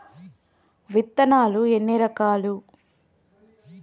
విత్తనాలు ఎన్ని రకాలు?